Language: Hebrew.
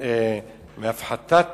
מהפחתת